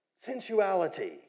sensuality